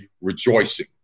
rejoicing